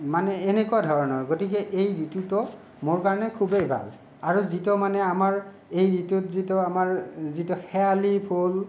মানে এনেকুৱা ধৰণৰ গতিকে এই ঋতুটো মোৰ কাৰণে খুবেই ভাল আৰু যিটো মানে আমাৰ এই ঋতুত যিটো আমাৰ যিটো শেৱালি ফুল